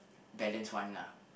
balanced one lah